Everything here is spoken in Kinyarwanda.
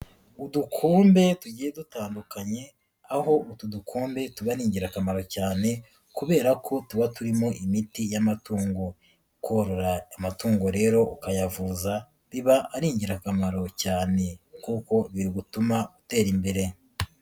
Udukombe tugiye dutandukanye, aho utu dukombe tuba ari ni ingirakamaro cyane kubera ko tuba turimo imiti y'amatungo, korora amatungo rero ukayavuza, biba ari ingirakamaro cyane kuko biri gutuma utera imbere.